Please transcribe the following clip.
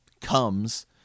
comes